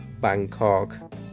Bangkok